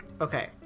okay